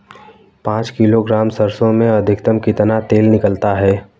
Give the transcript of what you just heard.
पाँच किलोग्राम सरसों में अधिकतम कितना तेल निकलता है?